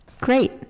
Great